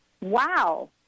Wow